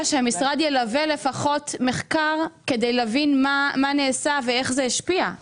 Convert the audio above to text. שהמשרד יעשה מחקר כדי להבין איך זה השפיע.